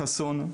חסון,